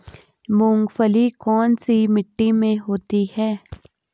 मूंगफली कौन सी मिट्टी में होती है?